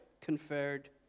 conferred